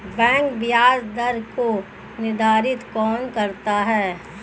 Bank ब्याज दर को निर्धारित कौन करता है?